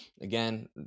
again